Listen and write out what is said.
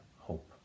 hope